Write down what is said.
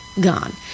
gone